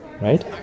right